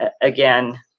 Again